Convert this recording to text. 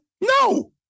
No